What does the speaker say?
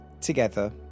together